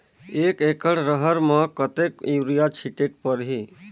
एक एकड रहर म कतेक युरिया छीटेक परही?